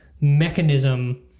mechanism